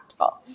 impactful